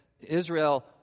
Israel